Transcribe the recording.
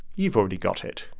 you've already got it